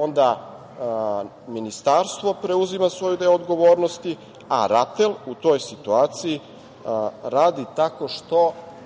onda ministarstvo preuzima svoj deo odgovornosti, a RATEL u toj situaciji radi tako što